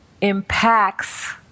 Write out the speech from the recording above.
impacts